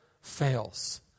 fails